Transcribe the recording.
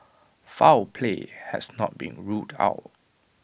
foul play has not been ruled out